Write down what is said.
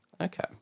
Okay